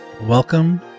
welcome